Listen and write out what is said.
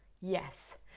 Yes